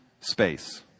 space